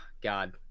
God